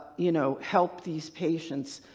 you know, help these patients,